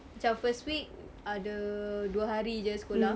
macam first week dua hari jer sekolah